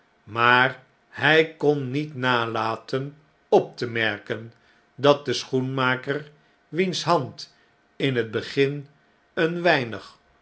maar hy kon niet nalaten op te merken dat de schoenmaker wiens hand in het begin een weinig